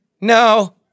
No